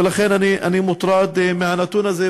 ולכן אני מוטרד מהנתון הזה,